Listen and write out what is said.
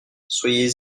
soyez